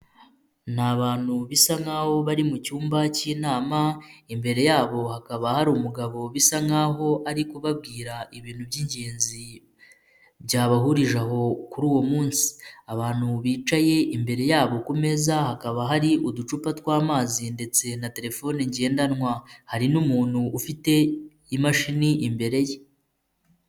Ni abantu bisa nkaho bari mu cyumba k'inama. Imbere yabo hakaba hari umugabo bisa nkaho ari kubabwira ibintu by'ingenzi, byabahurije aho kuri uwo munsi. Abantu bicaye, imbere yabo ku meza hakaba hari uducupa tw'amazi ndetse na terefone ngendanwa. Hari n'umuntu ufite imashini imbere ye.